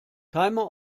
timer